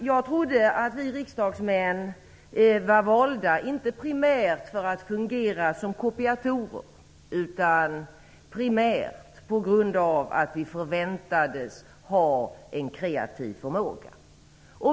Jag trodde, fru talman, att vi riksdagsmän var valda inte primärt för att fungera som kopiatorer utan därför att vi förväntas ha en kreativ förmåga.